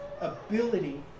ability